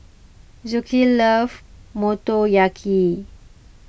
love Motoyaki